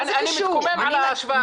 אני מתקומם על ההשוואה הזאת.